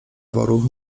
woru